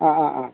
ആ അ ആ